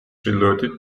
ჩრდილოეთით